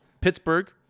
pittsburgh